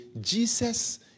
Jesus